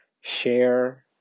share